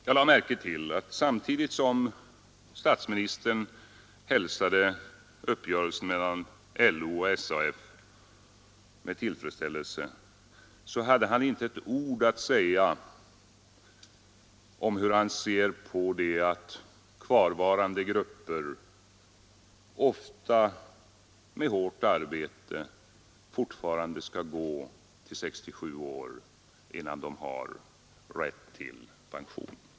Jag lade märke till att samtidigt som statsministern hälsade uppgörelsen mellan LO och SAF med tillfredsställelse hade han inte ett ord att säga om hur han ser på att kvarvarande grupper — ofta med hårt arbete — fortfarande skall gå till 67 år innan de har rätt till full pension.